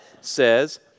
says